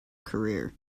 career